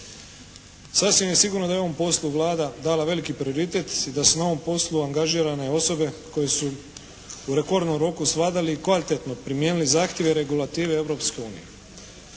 Sasvim je sigurno da je u ovom poslu Vlada dala veliki prioritet, da su na ovom poslu angažirane osobe koje su u rekordnom roku svladali i kvalitetno primijenili zahtjeve, regulative